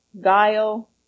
guile